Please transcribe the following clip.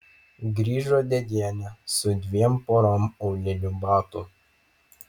grįžo dėdienė su dviem porom aulinių batų